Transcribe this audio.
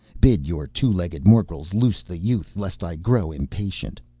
bid your two-legged morgels loose the youth, lest i grow impatient.